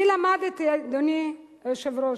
אני למדתי, אדוני היושב-ראש,